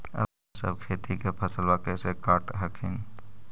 अपने सब खेती के फसलबा कैसे काट हखिन?